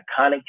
iconic